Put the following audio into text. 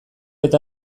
eta